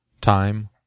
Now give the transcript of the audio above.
time